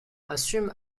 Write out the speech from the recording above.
assume